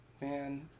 man